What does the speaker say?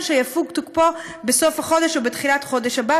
שתוקפו יפוג בסוף החודש או בתחילת החודש הבא,